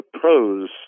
Pros